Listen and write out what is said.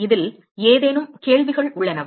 இதில் ஏதேனும் கேள்விகள் உள்ளனவா